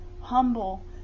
humble